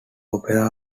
opera